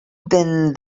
then